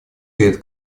перед